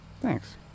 Thanks